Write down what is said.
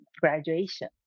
graduation